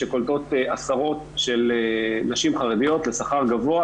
שקולטות עשרות של נשים חרדיות לשכר גבוה,